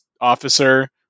officer